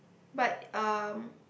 but um